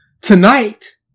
tonight